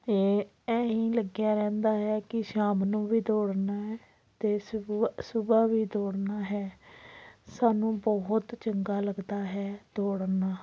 ਅਤੇ ਐਂਹੀ ਲੱਗਿਆ ਰਹਿੰਦਾ ਹੈ ਕਿ ਸ਼ਾਮ ਨੂੰ ਵੀ ਦੌੜਨਾ ਹੈ ਅਤੇ ਸੁਬਹਾ ਵੀ ਦੌੜਨਾ ਹੈ ਸਾਨੂੰ ਬਹੁਤ ਚੰਗਾ ਲੱਗਦਾ ਹੈ ਦੌੜਨਾ